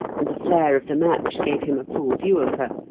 and the flare of the match gave him a full view of her,